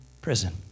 prison